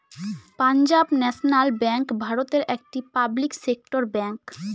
Punjab national bank ভারতের একটি public sector bank